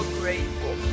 grateful